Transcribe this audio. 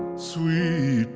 sweet